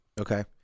okay